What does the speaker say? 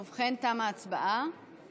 ובכן, תוצאות ההצבעה על